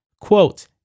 Quote